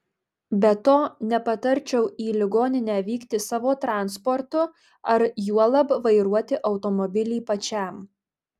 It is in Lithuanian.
be to nepatarčiau į ligoninę vykti savo transportu ar juolab vairuoti automobilį pačiam